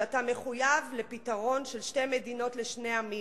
שאתה מחויב לפתרון של שתי מדינות לשני עמים.